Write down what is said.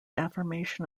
affirmation